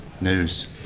news